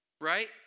Right